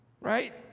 right